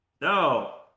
No